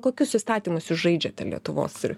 kokius įstatymus jūs žaidžiate lietuvos ir